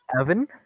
Evan